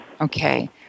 Okay